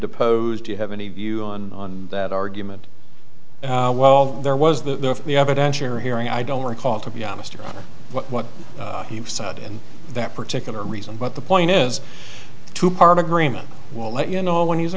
deposed you have any view on that argument well there was the the evidence you're hearing i don't recall to be honest what he said in that particular reason but the point is to part agreement will let you know when he was